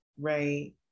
Right